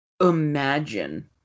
Imagine